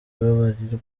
babarirwa